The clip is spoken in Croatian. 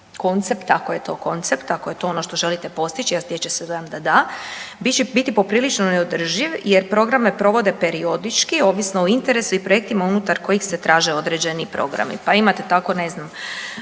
koncept, ako je to koncept, ako je to ono što želite postići, a stječe se dojam da da, bit će biti poprilično neodrživ jer programe provode periodički ovisno o interesu i projektima unutar kojih se traže određeni programi. Pa imate tako ne znam